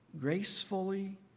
gracefully